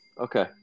Okay